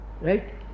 Right